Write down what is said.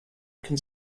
can